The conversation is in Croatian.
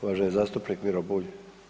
Uvaženi zastupnik Miro Bulj.